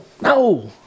No